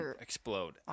explode